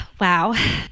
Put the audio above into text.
Wow